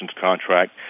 contract